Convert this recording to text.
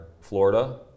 Florida